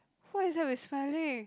what is that we smelling